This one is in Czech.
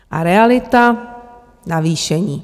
A realita navýšení.